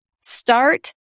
Start